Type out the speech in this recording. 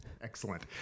Excellent